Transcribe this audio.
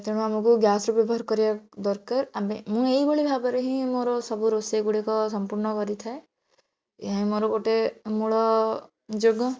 ତେଣୁ ଆମକୁ ଗ୍ୟାସ୍ର ବ୍ୟବହାର କରିବା ଦରକାର ଆମେ ମୁଁ ଏହିଭଳି ଭାବରେ ହିଁ ମୋର ସବୁ ରୋଷେଇ ଗୁଡ଼ିକ ସମ୍ପୂର୍ଣ୍ଣ କରିଥାଏ ଏହା ହିଁ ମୋର ଗୋଟେ ମୂଳ ଯୋଗ